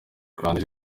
kandi